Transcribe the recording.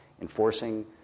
enforcing